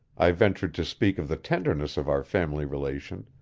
i ventured to speak of the tenderness of our family relation,